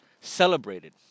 celebrated